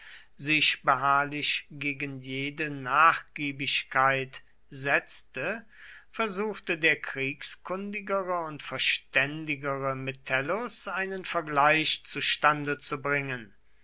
sich beharrlich gegen jede nachgiebigkeit setzte versuchte der kriegskundigere und verständigere metellus einen vergleich zustande zu bringen